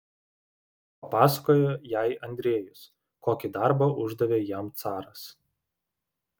papasakojo jai andrejus kokį darbą uždavė jam caras